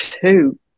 two